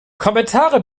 kommentare